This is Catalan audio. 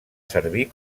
servir